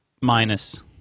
minus